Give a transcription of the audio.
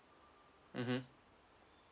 mmhmm